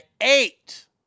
eight